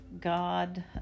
God